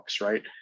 right